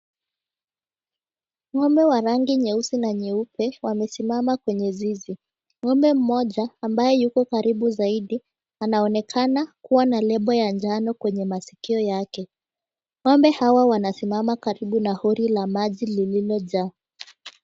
Ng'ombe wa rangi nyeusi na nyeupe wamesimama kwenye zizi. Ng'ombe mmoja ambaye yuko karibu zaidi anaonekana kuwa na lebo ya njano kwenye masikio yake. Ng'ombe hawa wanasimama karibu na hori ya maji iliyojaa.